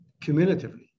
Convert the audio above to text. cumulatively